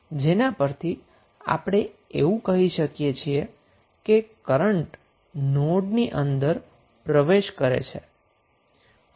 જેના પરથી આપણે એવું કહી શકીએ છીએ કે કરન્ટ નોડની અંદર પ્રવેશે છે